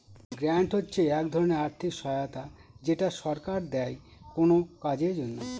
grant হচ্ছে এক ধরনের আর্থিক সহায়তা যেটা সরকার দেয় কোনো কাজের জন্য